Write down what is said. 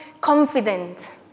confident